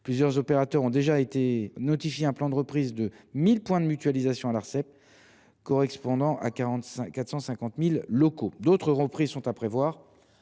Plusieurs opérateurs ont déjà notifié un plan de reprise de 1 000 points de mutualisation à l’Arcep, ce qui correspond à 450 000 locaux. D’autres reprises sont à prévoir.